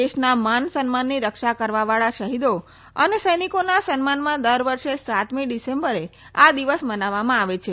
દેશના માન સન્માનની રક્ષા કરવાવાળા શહીદો અને સૈનિકોના સન્માનમાં દરવર્ષે સાતમી ડિસેમ્બરે આ દિવસ મનાવવામાં આવે છે